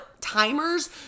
timers